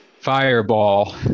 fireball